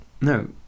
No